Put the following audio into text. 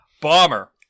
Bomber